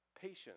patience